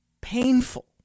painful